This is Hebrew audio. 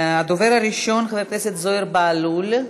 הדובר הראשון, חבר הכנסת זוהיר בהלול,